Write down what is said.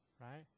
right